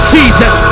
season